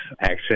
access